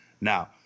now